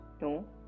No